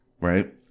Right